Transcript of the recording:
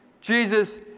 Jesus